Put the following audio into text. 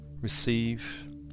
receive